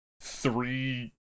three